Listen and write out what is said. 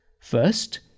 First